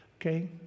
okay